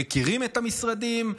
מכירים את המשרדים,